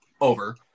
over